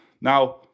Now